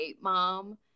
mom